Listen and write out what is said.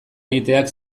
egiteak